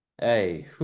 hey